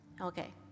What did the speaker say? okay